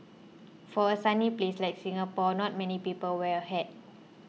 for a sunny place like Singapore not many people wear a hat